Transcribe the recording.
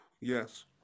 Yes